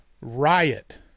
Riot